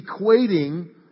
equating